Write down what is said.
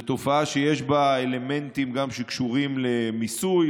זו תופעה שיש בה אלמנטים שקשורים גם למיסוי,